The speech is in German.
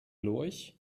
lurch